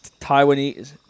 Taiwanese